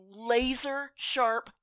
laser-sharp